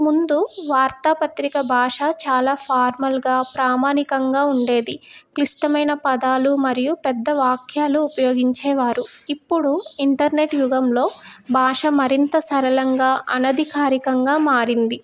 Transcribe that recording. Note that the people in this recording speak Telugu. ముందు వార్తాపత్రిక భాష చాలా ఫార్మల్గా ప్రామాణికంగా ఉండేది క్లిష్టమైన పదాలు మరియు పెద్ద వాక్యాలు ఉపయోగించేవారు ఇప్పుడు ఇంటర్నెట్ యుగంలో భాష మరింత సరళంగా అనధికారికంగా మారింది